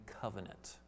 covenant